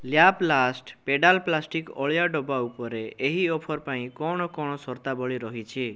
ଲ୍ୟାପ୍ଲାଷ୍ଟ୍ pedal plastic ଅଳିଆ ଡ଼ବା ଉପରେ ଏହି ଅଫର୍ ପାଇଁ କ'ଣ କ'ଣ ସର୍ତ୍ତାବଳୀ ରହିଛି